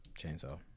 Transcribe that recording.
Chainsaw